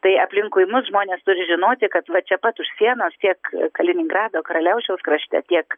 tai aplinkui mus žmonės turi žinoti kad va čia pat už sienos tiek kaliningrado karaliaučiaus krašte tiek